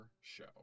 show